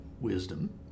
wisdom